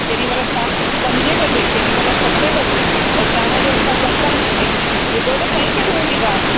केॾी महिल शाम जो पंजे बजे केॾी महिल सते बजे शाम जो असां सत्संग ए ॿुधो त सही पहिरों मुंहिंजी ॻाल्हि